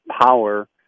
power